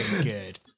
good